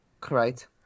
Correct